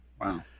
Wow